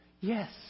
Yes